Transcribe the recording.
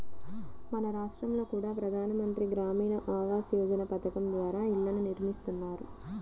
మన రాష్టంలో కూడా ప్రధాన మంత్రి గ్రామీణ ఆవాస్ యోజన పథకం ద్వారా ఇళ్ళను నిర్మిస్తున్నారు